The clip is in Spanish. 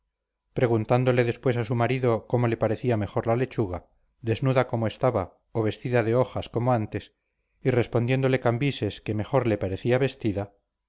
preguntándole después a su marido cómo le parecía mejor la lechuga desnuda como estaba o vestida de hojas como antes y respondiéndole cambises que mejor le parecía vestida